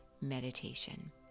meditation